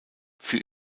für